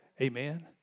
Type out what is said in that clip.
Amen